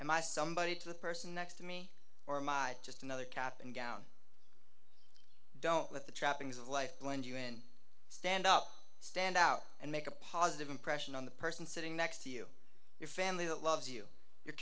and my somebody to the person next to me or my just another cap and gown don't let the trappings of life blend you in stand up stand out and make a positive impression on the person sitting next to you your family that loves you your